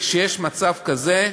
וכשיש מצב כזה,